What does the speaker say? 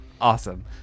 Awesome